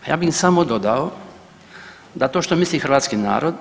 Pa ja bi im samo dodao da to što misli hrvatski narod